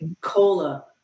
Cola